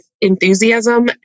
enthusiasm